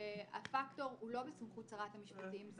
הפקטור הוא לא בסמכות שרת המשפטים.